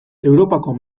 europako